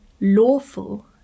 lawful